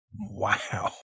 Wow